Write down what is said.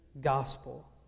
gospel